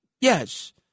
Yes